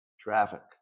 Traffic